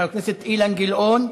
חבר הכנסת אילן גילאון,